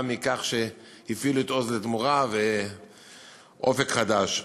מכך שהפעילו את "עוז לתמורה" ו"אופק חדש".